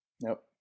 nope